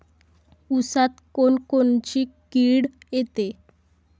ऊसात कोनकोनची किड येते?